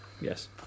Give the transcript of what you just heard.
Yes